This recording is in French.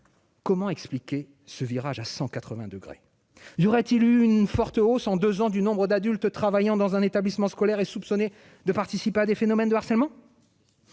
Comment expliquer ce virage à 180 degrés jouera-t-il une forte hausse en 2 ans du nombre d'adultes travaillant dans un établissement scolaire est soupçonné de participer à des phénomènes de harcèlement.